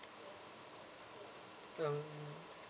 um